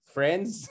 friends